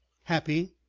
happy,